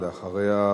ואחריה,